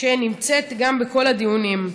שגם נמצאת בכל הדיונים.